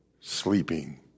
sleeping